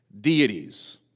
deities